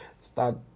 start